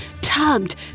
tugged